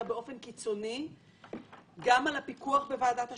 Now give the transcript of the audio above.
באופן קיצוני גם על הפיקוח בוועדת השקעות,